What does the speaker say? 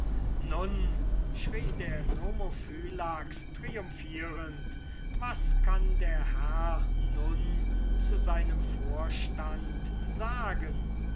nun schrie der nomophylax triumphierend was kann der herr nun zu seinem vorstand sagen